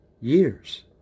years